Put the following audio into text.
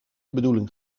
bedoeling